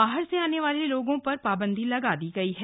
बाहर से आने वाले लोगों पर पाबंदी लगा दी गई है